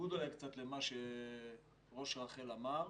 ובניגוד למה שאמר ראש רח"ל,